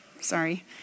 sorry